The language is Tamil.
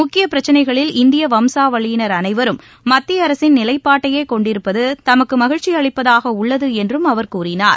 முக்கிய பிரச்சினைகளில் இந்திய வம்சாவளியினர் அனைவரும் மத்திய அரசின் நிலைப்பாட்டையே கொண்டிருப்பது தமக்கு மகிழ்ச்சி அளிப்பதாக உள்ளது என்றும் அவர் கூறினார்